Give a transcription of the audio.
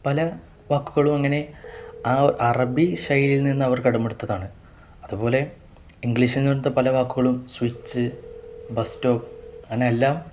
പല വാക്കുകളും അങ്ങനെ ആ അറബി ശൈലിയിൽ നിന്ന് അവർ കടമെടുത്തതാണ് അതുപോലെ ഇംഗ്ലീഷില്നിന്ന് ത്ത പല വാക്കുകളും സ്വിച്ച് ബസ് സ്റ്റോപ്പ് അങ്ങനെല്ലാം